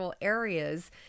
areas